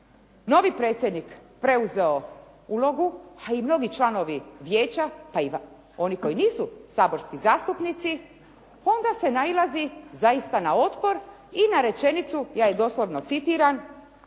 novi predsjednik preuzeo ulogu, a i mnogi članovi vijeća i oni koji nisu saborsku zastupnici, onda se nailazi zaista na otpor i na rečenicu, ja je doslovno citiram